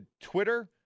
Twitter